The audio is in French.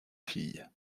fille